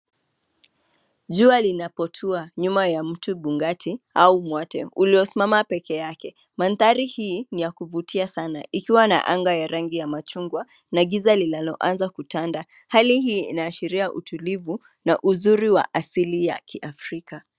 Jua linapotua nyuma ya mtibungati au mwate uliosimama peke yake. Mandhari hii ni ya kuvutia sana; ikiwa na anga ya rangi ya machungwa na giza linaloanza kutanda. Hali hii inaashiria utulivu na uzuri wa asili ya kiafrika.